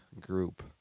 group